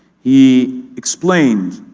he explained,